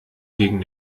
gegen